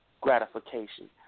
Gratification